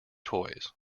toys